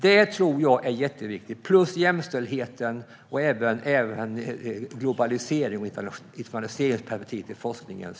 Detta tror jag är jätteviktigt, liksom jämställdheten och även globaliseringen och internationaliseringsperspektivet i forskningen.